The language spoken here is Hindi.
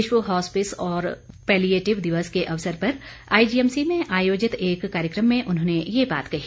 विश्व हॉस्पिस व पैलीएटिव दिवस के अवसर पर आईजीएमसी में आयोजित एक कार्यक्रम में उन्होंने ये बात कही